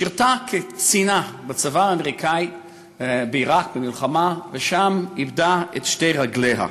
היא שירתה כקצינה בצבא האמריקני במלחמה בעיראק ושם איבדה את שתי רגליה.